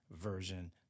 version